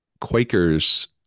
Quakers